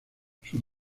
sus